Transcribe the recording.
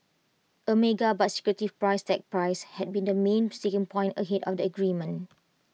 A mega but secretive price tag price had been the main sticking point ahead of the agreement